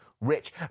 rich